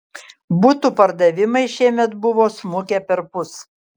butų pardavimai šiemet buvo smukę perpus